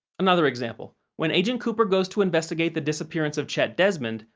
another example when agent cooper goes to investigate the disappearance of chet desmond,